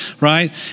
right